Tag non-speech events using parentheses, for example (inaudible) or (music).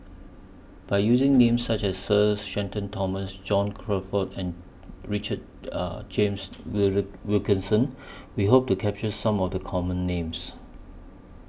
By using Names such as Sir Shenton Thomas John Crawfurd and Richard (hesitation) James Wilkinson We Hope to capture Some of The Common Names